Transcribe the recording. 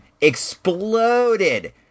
exploded